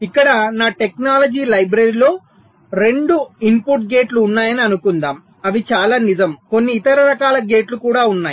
ఇక్కడ నా టెక్నాలజీ లైబ్రరీలో 2 ఇన్పుట్ గేట్లు ఉన్నాయని అనుకుందాం అవి చాలా నిజం కొన్ని ఇతర రకాల గేట్లు కూడా ఉన్నాయి